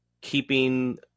keeping